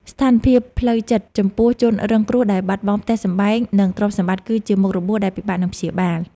ស្ថានភាពផ្លូវចិត្តចំពោះជនរងគ្រោះដែលបាត់បង់ផ្ទះសម្បែង និងទ្រព្យសម្បត្តិគឺជាមុខរបួសដែលពិបាកនឹងព្យាបាល។